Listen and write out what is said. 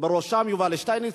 ובראשם יובל שטייניץ,